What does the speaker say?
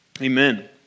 Amen